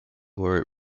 were